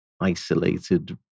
isolated